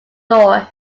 door